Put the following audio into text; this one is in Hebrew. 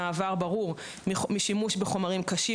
רואים מעבר ברור משימוש בחומרים קשים,